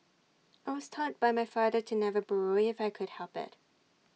I was taught by my father to never borrow if I could help IT